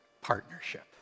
partnership